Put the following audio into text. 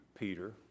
Peter